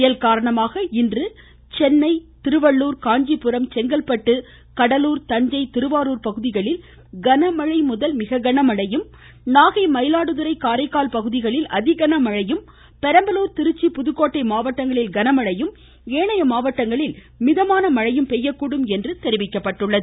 புயல் காரணமாக இன்று சென்னை திருவள்ளுர் காஞ்சிபுரம் செங்கல்பட்டு கடலூர் தஞ்சை திருவாரூர் பகுதிகளில் கனமழை முதல் மிக கனமழையும் நாகை மயிலாடுதுறை காரைக்கால் பகுதிகளில் அதிகனமழையும் பெரம்பலூர் திருச்சி புதுக்கோட்டை மாவடடங்களில் கனமழையும் ஏனைய பெயக்கூடும் என்று தெரிவிக்கப்பட்டுள்ளது